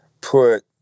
put